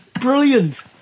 brilliant